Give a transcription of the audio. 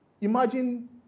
Imagine